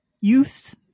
Youths